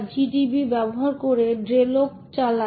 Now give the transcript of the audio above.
তাই আরেকটি উদাহরণ হল এই অধিকার প্রদান